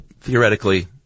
theoretically